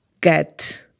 get